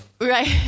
Right